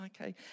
okay